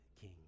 king